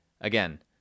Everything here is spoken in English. Again